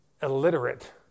illiterate